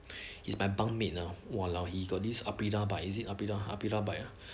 is my bunk mate ah !walao! he got this aprilia bike is it aprilia bike ah